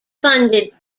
funded